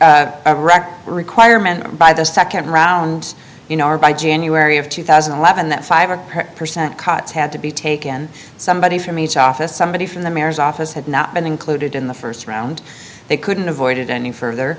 rick wrecked requirement by the second round you know or by january of two thousand and eleven that five percent cuts had to be taken somebody from each office somebody from the mayor's office had not been included in the first round they couldn't avoid it any further